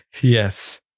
yes